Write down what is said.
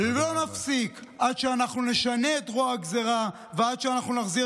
לא נפסיק עד שאנחנו נשנה את רוע הגזרה ועד שאנחנו נחזיר